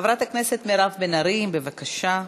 חברת הכנסת מירב בן ארי, בבקשה.